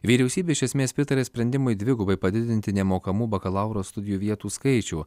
vyriausybė iš esmės pritarė sprendimui dvigubai padidinti nemokamų bakalauro studijų vietų skaičių